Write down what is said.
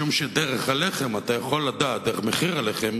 משום שדרך הלחם אתה יכול לדעת, דרך מחיר הלחם